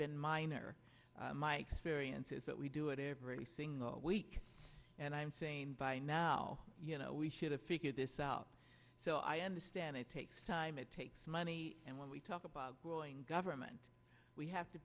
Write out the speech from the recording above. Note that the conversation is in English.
been mine or my experience is that we do it every single week and i'm saying by now you know we should have figured this out so i understand it takes time it takes money and when we talk about growing government we have to